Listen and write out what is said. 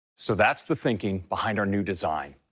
so that's the thinking behind our new design.